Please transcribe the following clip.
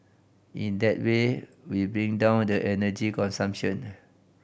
in that way we bring down the energy consumption